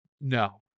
no